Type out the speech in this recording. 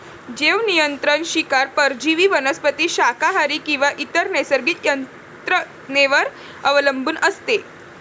जैवनियंत्रण शिकार परजीवी वनस्पती शाकाहारी किंवा इतर नैसर्गिक यंत्रणेवर अवलंबून असते